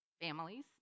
families